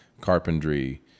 carpentry